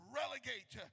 relegate